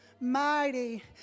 mighty